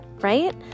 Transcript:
right